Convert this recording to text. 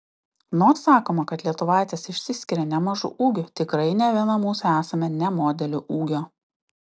nors sakoma kad lietuvaitės išsiskiria nemažu ūgiu tikrai ne viena mūsų esame ne modelių ūgio